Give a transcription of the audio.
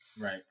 Right